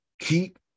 keep